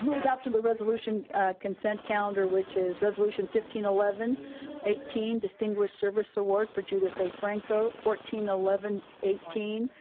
yeah option the resolution consent calendar which is resolution fifteen eleven eighteen, distinguished service award for judith a. franco, fourteen eleven eighteen,